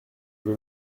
veux